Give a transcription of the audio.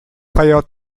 prior